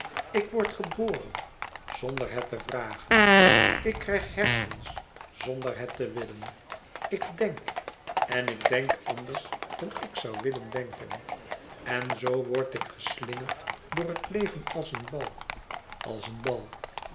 ik word geboren zonder het te vragen ik krijg hersens zonder het te willen ik denk en ik denk anders dan ik zoû willen denken en zoo word ik geslingerd door het leven als een bal als een bal